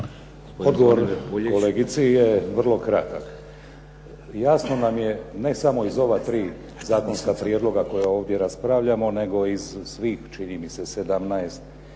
Odgovor kolegici je vrlo kratak. Jasno nam je, ne samo iz ova tri zakonska prijedloga koja ovdje raspravljamo nego iz svih čini mi se 17,